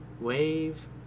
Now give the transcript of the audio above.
Wave